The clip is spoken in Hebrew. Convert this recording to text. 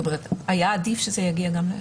היה עדיף שזה יגיע גם ליחיד.